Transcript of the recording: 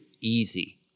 easy